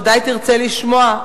ודאי תרצה לשמוע,